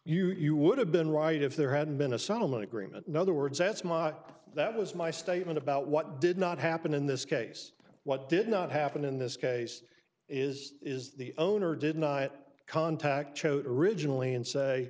here you would have been right if there hadn't been a settlement agreement in other words that's mot that was my statement about what did not happen in this case what did not happen in this case is is the owner did not contact choate originally and say